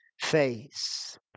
face